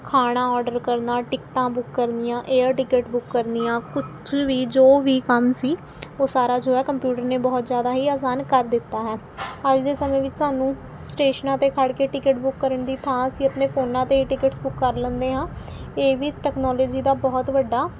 ਖਾਣਾ ਔਰਡਰ ਕਰਨਾ ਟਿਕਟਾਂ ਬੁੱਕ ਕਰਨੀਆਂ ਏਅਰ ਟਿਕਟ ਬੁੱਕ ਕਰਨੀਆਂ ਕੁਛ ਵੀ ਜੋ ਵੀ ਕੰਮ ਸੀ ਉਹ ਸਾਰਾ ਜੋ ਹੈ ਕੰਪਿਊਟਰ ਨੇ ਬਹੁਤ ਜ਼ਿਆਦਾ ਹੀ ਆਸਾਨ ਕਰ ਦਿੱਤਾ ਹੈ ਅੱਜ ਦੇ ਸਮੇਂ ਵਿੱਚ ਸਾਨੂੰ ਸਟੇਸ਼ਨਾਂ 'ਤੇ ਖੜ੍ਹ ਕੇ ਟਿਕਟ ਬੁੱਕ ਕਰਨ ਦੀ ਥਾਂ ਅਸੀਂ ਆਪਣੇ ਫੋਨਾਂ 'ਤੇ ਟਿਕਟਸ ਬੁੱਕ ਕਰ ਲੈਂਦੇ ਹਾਂ ਇਹ ਵੀ ਟੈਕਨੋਲੋਜੀ ਦਾ ਬਹੁਤ ਵੱਡਾ